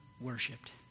worshipped